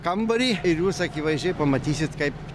kambarį ir jūs akivaizdžiai pamatysit kaip